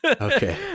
okay